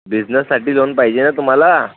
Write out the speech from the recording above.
बिझनेससाठी लोन पाहिजे ना तुम्हाला